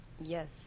Yes